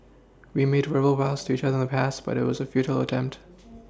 we made verbal vows to each other in the past but it was a futile attempt